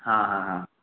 हाँ हाँ हाँ